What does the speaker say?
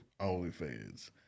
OnlyFans